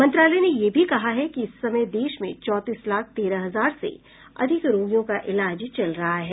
मंत्रालय ने यह भी कहा है कि इस समय देश में चौंतीस लाख तेरह हजार से अधिक रोगियों का इलाज चल रहा है